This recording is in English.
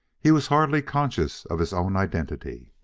he was hardly conscious of his own identity.